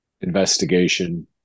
investigation